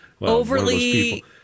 overly